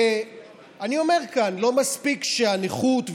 ואני אומר כאן: לא מספיק הנכות,